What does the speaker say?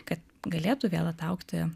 kad galėtų vėl ataugti